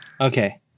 Okay